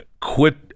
quit